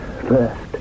First